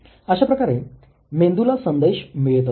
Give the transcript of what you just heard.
अशा प्रकारे मेंदूला संदेश मिळत असतो